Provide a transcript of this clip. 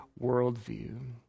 worldview